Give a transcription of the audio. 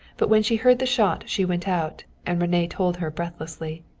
but when she heard the shot she went out, and rene told her breathlessly.